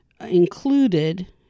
included